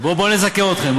בואו, בואו נזכה אתכם.